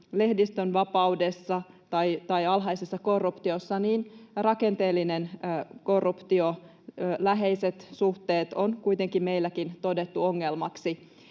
lehdistönvapaudessa tai alhaisessa korruptiossa — rakenteellinen korruptio, läheiset suhteet on kuitenkin todettu ongelmaksi,